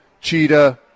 Cheetah